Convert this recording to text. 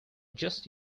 just